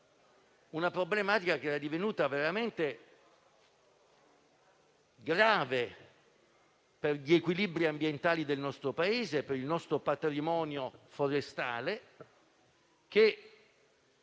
una problematica divenuta veramente grave per gli equilibri ambientali del nostro Paese e soprattutto per il nostro patrimonio forestale, che,